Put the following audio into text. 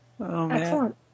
Excellent